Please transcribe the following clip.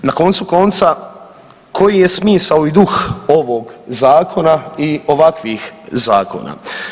Na koncu konca koji je smisao i duh ovog zakona i ovakvih zakona?